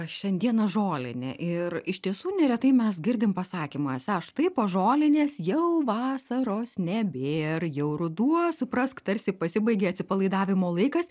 šiandieną žolinė ir iš tiesų neretai mes girdim pasakymą esą štai po žolinės jau vasaros nebėr jau ruduo suprask tarsi pasibaigė atsipalaidavimo laikas